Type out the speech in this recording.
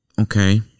Okay